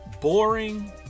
boring